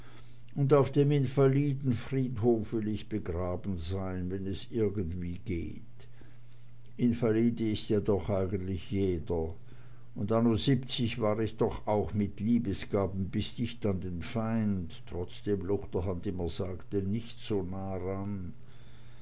und auf dem invalidenkirchhof will ich begraben sein wenn es irgend geht invalide ist ja doch eigentlich jeder und anno siebzig war ich doch auch mit liebesgaben bis dicht an den feind trotzdem luchterhand immer sagte nicht so nah ran